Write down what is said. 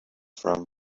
from